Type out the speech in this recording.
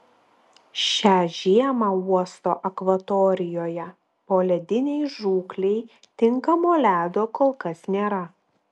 šią žiemą uosto akvatorijoje poledinei žūklei tinkamo ledo kol kas nėra